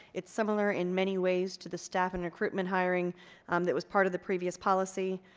it's similar in many ways to the staff and recruitment hiring um that was part of the previous policy.